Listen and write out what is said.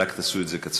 רק תעשו את זה קצר.